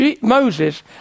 Moses